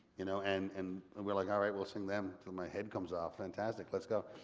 you know and and and we're like, alright, we'll sing them til my head comes off, fantastic, let's go.